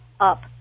up